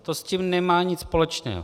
To s tím nemá nic společného.